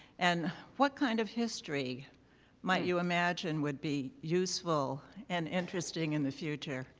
and what kind of history might you imagine would be useful and interesting in the future?